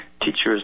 teachers